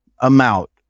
amount